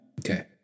okay